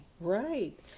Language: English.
Right